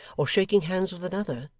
or shaking hands with another,